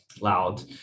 loud